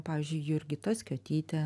pavyzdžiui jurgita skiotytė